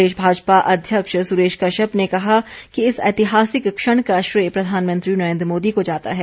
प्रदेश भाजपा अध्यक्ष सुरेश कश्यप ने कहा है कि इस ऐतिहासिक क्षण का श्रेय प्रधानमंत्री नरेंद्र मोदी को जाता है